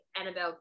Annabelle